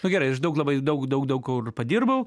nu gerai aš daug labai daug daug daug kur padirbau